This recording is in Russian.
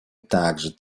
также